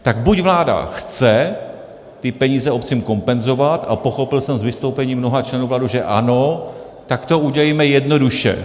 Tak buď vláda chce ty peníze obcím kompenzovat a pochopil jsem z vystoupení mnoha členů vlády, že ano, tak to udělejme jednoduše.